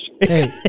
Hey